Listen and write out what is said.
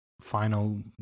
final